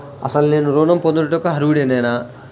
అసలు నేను ఋణం పొందుటకు అర్హుడనేన?